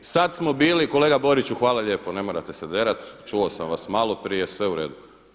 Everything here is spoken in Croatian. Sada smo bili, kolega Boriću hvala lijepo ne morate se derati, čuo sam vas malo prije sve uredu.